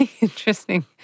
interesting